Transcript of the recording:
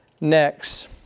Next